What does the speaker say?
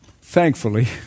Thankfully